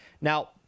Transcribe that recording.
Now